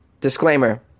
Disclaimer